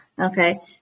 okay